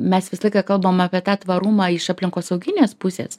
mes visą laiką kalbam apie tą tvarumą iš aplinkosauginės pusės